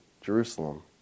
Jerusalem